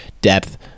depth